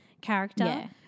character